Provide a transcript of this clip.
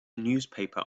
newspaper